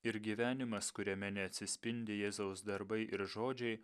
ir gyvenimas kuriame neatsispindi jėzaus darbai ir žodžiai